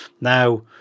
Now